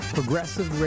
Progressive